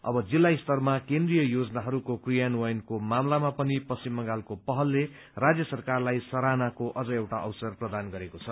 अब जिल्ला स्तरमा केन्द्रीय योजनाहरूको क्रियान्वयनको मामलामा पनि पश्चिम बंगालको पहलले राज्य सरकारलाई सराहनाको अझ एउटा अवसर प्रदान गरेको छ